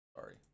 Sorry